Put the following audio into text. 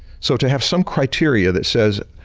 so, to have some criteria that says,